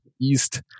East